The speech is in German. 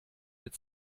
mit